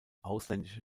ausländische